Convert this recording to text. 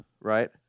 right